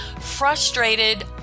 frustrated